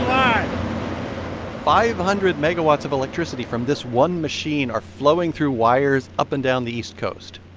um five hundred megawatts of electricity from this one machine are flowing through wires up and down the east coast